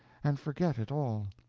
and forget it all.